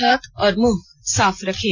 हाथ और मुंह साफ रखें